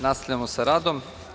Nastavljamo sa radom.